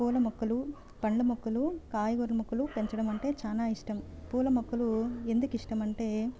మాకు పూలమొక్కలు పండ్ల మొక్కలు కాయగారల మొక్కలు పెంచడమంటే చాలా ఇష్టం పూలమొక్కలు ఎందుకు ఇష్టమంటే